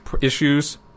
issues